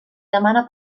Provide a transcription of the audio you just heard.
demana